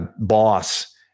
boss